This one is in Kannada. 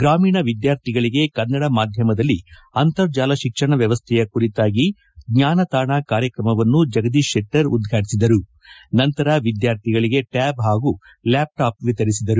ಗ್ರಾಮೀಣ ವಿದ್ಯಾರ್ಥಿಗಳಿಗೆ ಕನ್ನಡ ಮಾಧ್ಯಮದಲ್ಲಿ ಅಂತರ್ಜಾಲ ಶಿಕ್ಷಣ ವ್ಯವಸ್ಥೆಯ ಕುರಿತಾಗಿ ಜ್ಞಾನತಾಣ ಕಾರ್ಯಕ್ರಮವನ್ನು ಜಗದೀಶ್ ಶೆಟ್ಟರ್ ಉದ್ಘಾಟಿಸಿದರು ನಂತರ ವಿದ್ಯಾರ್ಥಿಗಳಿಗೆ ಟ್ಯಾಬ್ ಹಾಗೂ ಲ್ಯಾಪ್ ಟಾಪ್ ವಿತರಿಸಿದರು